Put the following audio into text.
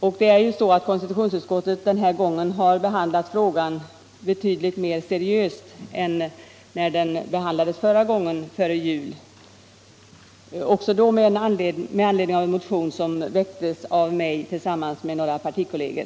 Och konstitutionsutskottet har den här gången behandlat frågan betydligt mer seriöst än när den behandlades förra gången, före jul, också då med anledning av en motion väckt av mig tillsammans med några partikolleger.